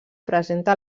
presenta